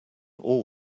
all